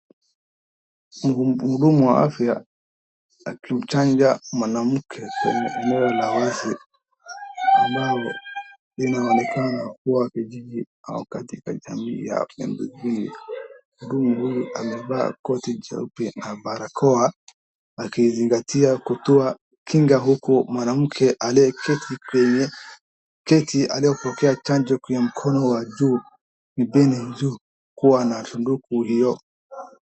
Mhudumu wa afya akimchanja mwanamke kwenye eneo la wazi ambalo linaonekana kuwa kijiji au katika jamii ya pindupindu, mhudumu huyu amevaa koti jeupe na barakoa akizingatia kutoka kinga huku mwanamke aliyeketi kwenye kiti aliyepokea chanjo kwenye mkono wa juu pembeni juu kuwa na sanduku hiyo.